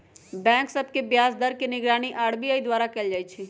bank सभ के ब्याज दर के निगरानी आर.बी.आई द्वारा कएल जाइ छइ